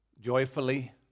joyfully